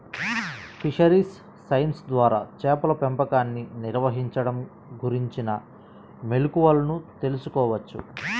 fisheries science ద్వారా చేపల పెంపకాన్ని నిర్వహించడం గురించిన మెళుకువలను తెల్సుకోవచ్చు